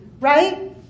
right